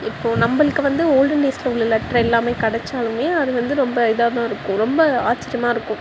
இப்போது நம்பளுக்கு வந்து ஓல்டன் டேஸில் உள்ள லெட்டரு எல்லாமே கிடச்சாலுமே அது வந்து ரொம்ப இதாகதான் இருக்கும் ரொம்ப ஆச்சரியமாக இருக்கும்